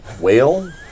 Whale